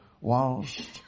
whilst